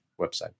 website